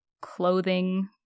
clothing